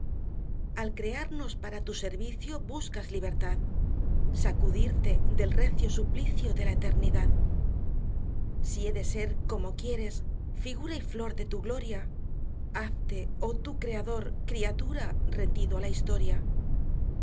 al crearnos para tu servicio buscas libertad sacudirte del recio suplicio de la eternidad si he de ser como quieres figura y flor de tu gloria hazte oh tú creador criatura rendido á la historia